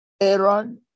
Aaron